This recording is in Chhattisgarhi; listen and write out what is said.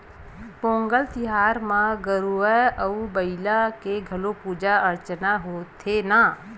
पोंगल तिहार म गरूवय अउ बईला के घलोक पूजा अरचना होथे न